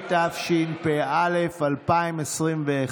התשפ"א 2021,